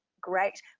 great